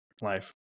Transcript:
life